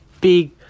big